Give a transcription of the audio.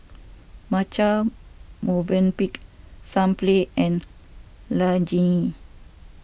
Marche Movenpick Sunplay and Laneige